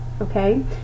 Okay